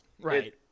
right